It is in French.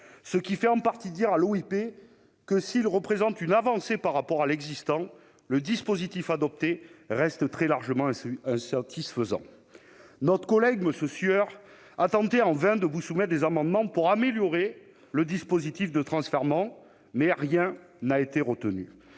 cela fait dire à l'OIP que, « s'il représente une avancée par rapport à l'existant, le dispositif adopté reste très largement insatisfaisant ». Notre collègue, M. Sueur, a tenté en vain de vous soumettre des amendements visant à améliorer le dispositif de transfèrement, mais aucun n'a été adopté,